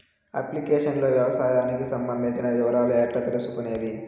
Application లో వ్యవసాయానికి సంబంధించిన వివరాలు ఎట్లా తెలుసుకొనేది?